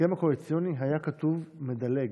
בהסכם הקואליציוני היה כתוב: מדלג.